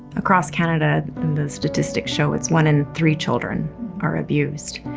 across canada the statistics show it's one in three children are abused.